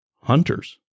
hunters